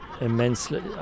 immensely